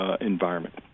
environment